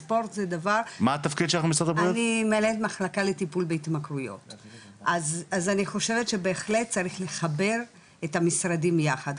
אז אני חושבת שבהחלט צריך לחבר את המשרדים יחד.